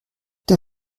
der